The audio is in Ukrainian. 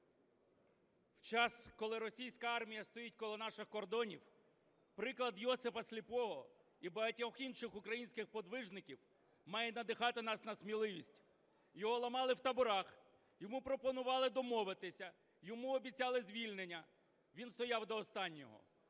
В час, коли російська армія стоїть коло наших кордонів, приклад Йосипа Сліпого і багатьох інших українських подвижників має надихати нас на сміливість. Його ламали в таборах, йому пропонували домовитися, йому обіцяли звільнення, він стояв до останнього.